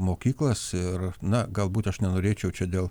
mokyklas ir na galbūt aš nenorėčiau čia dėl